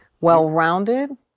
well-rounded